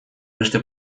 beste